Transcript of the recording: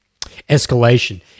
escalation